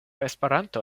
esperanto